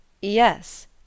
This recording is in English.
Yes